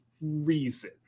reason